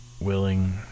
willing